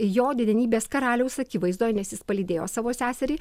jo didenybės karaliaus akivaizdoj nes jis palydėjo savo seserį